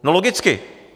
No logicky!